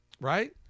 right